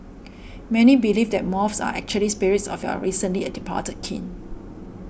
many believe that moths are actually spirits of your recently a departed kin